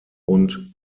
und